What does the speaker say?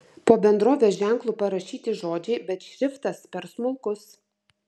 po bendrovės ženklu parašyti žodžiai bet šriftas per smulkus